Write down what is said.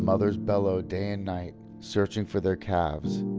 mothers bellow day and night, searching for their calves.